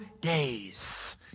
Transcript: days